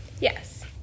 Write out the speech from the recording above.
Yes